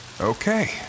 Okay